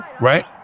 right